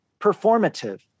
performative